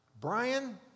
Brian